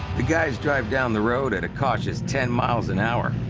the guys drive down the road at a cautious ten miles an hour.